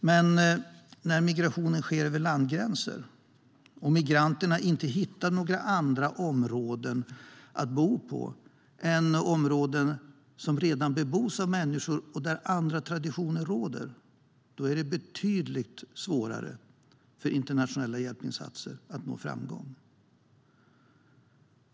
Men när migrationen sker över landgränser och när migranterna inte hittar några andra områden att bo på än sådana som redan bebos av människor och där andra traditioner råder är det betydligt svårare för internationella hjälpinsatser att nå framgång.